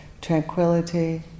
tranquility